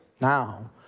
now